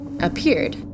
appeared